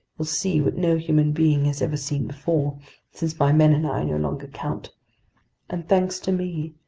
you'll see what no human being has ever seen before since my men and i no longer count and thanks to me,